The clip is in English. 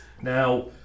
Now